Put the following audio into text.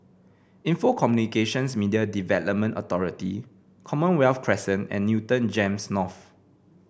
Info Communications Media Development Authority Commonwealth Crescent and Newton Gems North